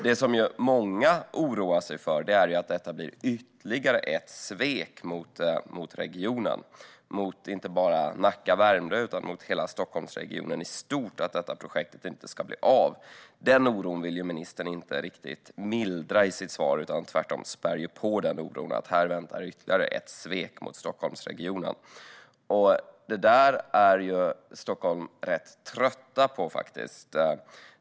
Det som många oroar sig för är att detta att projektet inte ska bli av blir ytterligare ett svek mot regionen, inte bara mot Nacka och Värmdö utan mot hela Stockholmsregionen i stort. Den oron vill ministern inte riktigt mildra i sitt svar. Tvärtom spär hon på oron att här väntar ytterligare ett svek mot Stockholmsregionen. Detta är stockholmarna rätt trötta på.